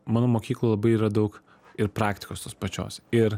mano mokykloj labai yra daug ir praktikos tos pačios ir